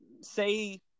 say